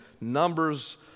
Numbers